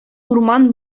урман